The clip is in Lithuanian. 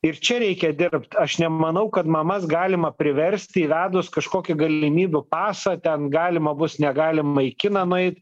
ir čia reikia dirbt aš nemanau kad mamas galima priversti įvedus kažkokį galimybių pasą ten galima bus negalima į kiną nueit